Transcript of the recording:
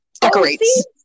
decorates